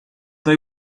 they